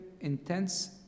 intense